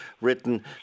written